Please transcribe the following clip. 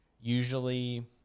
usually